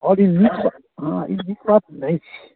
आओर ई नीक हँ ई नीक बात नहि छै